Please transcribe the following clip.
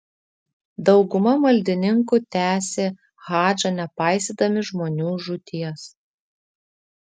dauguma maldininkų tęsė hadžą nepaisydami žmonių žūties